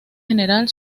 general